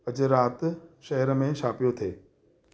अॼु राति शहर में छा पियो थिए